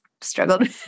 struggled